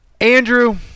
Andrew